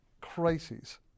crises